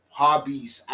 hobbies